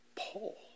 Paul